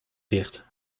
dicht